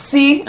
See